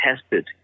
tested